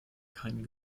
kein